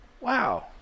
Wow